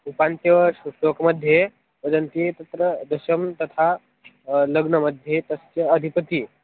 द्विपञ्च श् श्लोकमध्ये वदन्ति तत्र दशं तथा लग्नमध्ये तस्य अधिपतिः